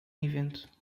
evento